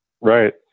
Right